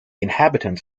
inhabitants